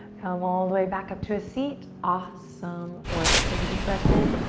come all the way back up to a seat. awesome work. take a deep breath in.